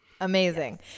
Amazing